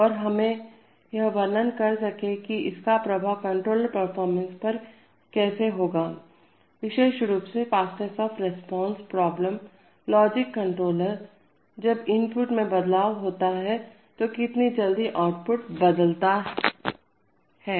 और हमें यह वर्णन कर सके की इसका प्रभाव कंट्रोल परफॉर्मेंस पर होगा विशेषत रूप से fastness of response programmable logic controller जब इनपुट में बदलाव होता है तब कितनी जल्दी से आउटपुट बदलता है